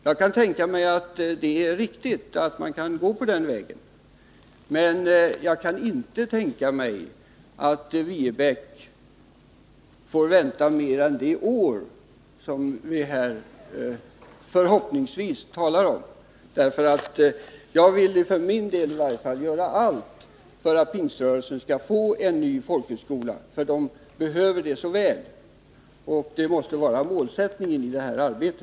Jag kan tänka mig att det är riktigt att gå den vägen, men jag kan inte tänka mig att det är riktigt att Viebäck får vänta mer än det år som man förhoppningsvis här talar om. Jag vill för min del göra allt för att Pingströrelsen skall få en ny folkhögskola. Den behövs mycket väl. Att den skall kunna verka måste vara målsättningen i vårt arbete.